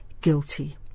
guilty